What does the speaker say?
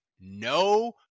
no